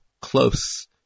close